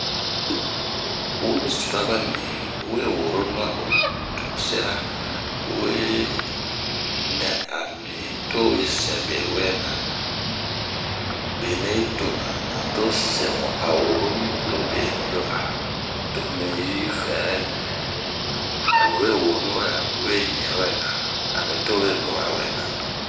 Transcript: we suraba ni, we woro ma o to sɛra, we nɛ a mito we sɛbe wɛna. benɛ yi do ah a o to sɛmu,o woromu, lo bie do'a to mi, ami mifɛrɛ, ami we woromawɛ, ami we ianwɛna, ami towe nuwa wɛna.